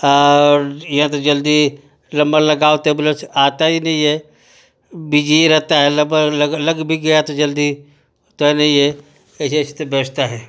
और या तो जल्दी नम्बर लगाओ तो एम्बुलेंस आता ही नहीं है बिजी ही रहेता है लगभग लग लग भी गया तो जल्दी होता नहीं है ऐसी ऐसी तो व्यवस्था है